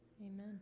Amen